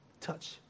Touch